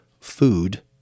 food